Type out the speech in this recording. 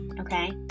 okay